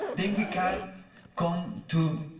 then we can come to